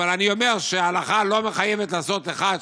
אבל אני אומר שההלכה לא מחייבת לעשות אחת,